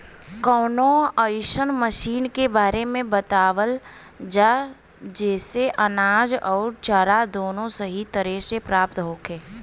कवनो अइसन मशीन के बारे में बतावल जा जेसे अनाज अउर चारा दोनों सही तरह से प्राप्त होखे?